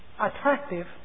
attractive